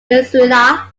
peninsula